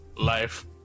Life